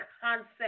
concept